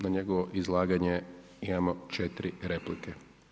Na njegovo izlaganje imamo 4 replike.